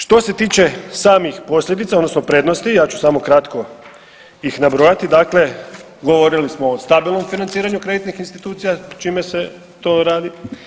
Što se tiče samih posljedica odnosno prednosti ja ću samo kratko ih nabrojati, dakle govorili smo o stabilnom financiranju kreditnih institucija čime se to radi.